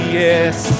yes